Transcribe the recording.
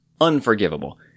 Unforgivable